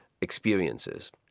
experiences